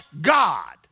God